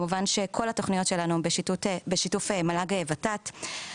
כמובן שכל התוכניות שלנו בשיתוף מל"ג ות"ת.